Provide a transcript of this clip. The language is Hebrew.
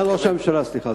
סגן ראש הממשלה, סליחה.